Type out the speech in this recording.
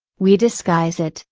we disguise it,